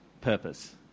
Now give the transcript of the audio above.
purpose